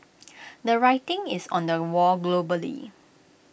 the writing is on the wall globally